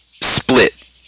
split